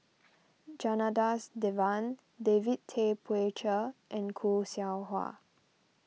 Janadas Devan David Tay Poey Cher and Khoo Seow Hwa